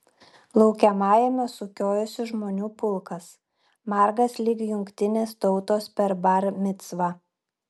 laukiamajame sukiojosi žmonių pulkas margas lyg jungtinės tautos per bar micvą